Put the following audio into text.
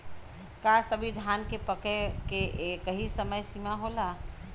का सभी धान के पके के एकही समय सीमा होला?